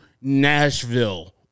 Nashville